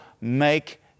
make